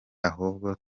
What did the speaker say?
ahubwo